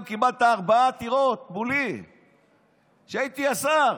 קיבלת ארבע עתירות מולי כשהייתי השר,